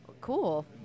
cool